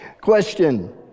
question